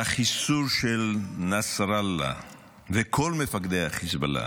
החיסול של נסראללה וכל מפקדי החיזבאללה,